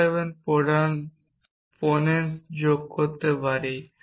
মনে রাখবেন modus ponens যোগ করতে পারি